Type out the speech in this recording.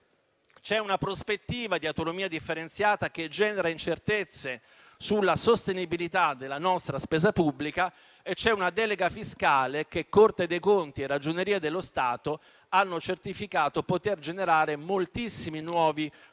C'è una prospettiva di autonomia differenziata che genera incertezze sulla sostenibilità della nostra spesa pubblica e c'è una delega fiscale che la Corte dei conti e la Ragioneria generale dello Stato hanno certificato poter generare moltissimi nuovi problemi